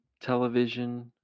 television